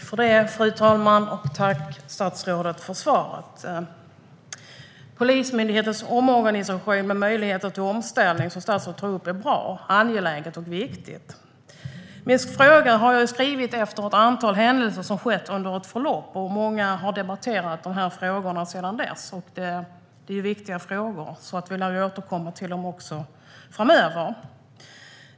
Fru talman! Tack, statsrådet, för svaret! Polismyndighetens omorganisation med möjligheter till omställning som statsrådet tar upp är bra, angelägen och viktig. Min fråga skrev jag efter att ett antal händelser hade inträffat, och många har debatterat de här frågorna sedan dess. Det är viktiga frågor, så vi lär återkomma till dem också framöver.